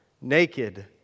naked